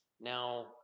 now